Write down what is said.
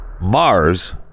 Mars